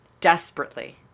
desperately